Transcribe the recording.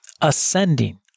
ascending